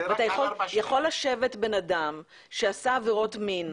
יכול לשבת בן אדם שעשה עבירות מין,